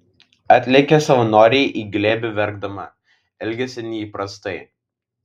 atlėkė savanorei į glėbį verkdama elgėsi neįprastai